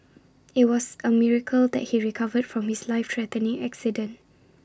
IT was A miracle that he recovered from his life threatening accident